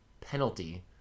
penalty